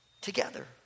together